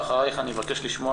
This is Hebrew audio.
הוא נמצא